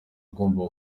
ugomba